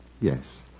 Yes